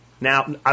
Now